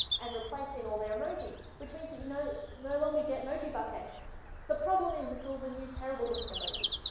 and replacing all their emoji. which means that you know no longer get mojibake but the problem is it's all the new terrible looking emoji.